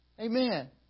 Amen